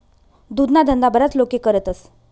दुधना धंदा बराच लोके करतस